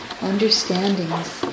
understandings